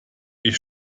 ich